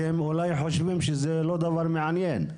כי הם אולי חושבים שזה לא דבר מעניין.